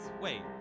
Wait